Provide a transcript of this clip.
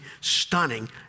stunning